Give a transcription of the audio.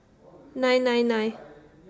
nine nine nine